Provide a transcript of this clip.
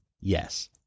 Yes